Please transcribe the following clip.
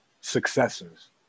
successors